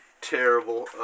terrible